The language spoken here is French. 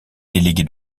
délégués